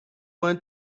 want